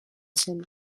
zen